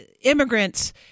immigrants